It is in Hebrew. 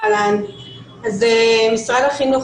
אז משרד החינוך